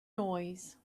noise